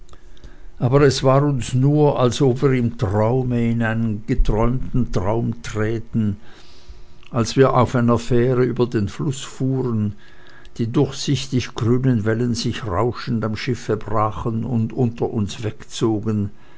aber es war uns nur als ob wir im traume in einen geträumten traum träten als wir auf einer fähre über den fluß fuhren die durchsichtig grünen wellen sich rauschend am schiffe brachen und unter uns wegzogen